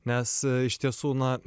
nes iš tiesų na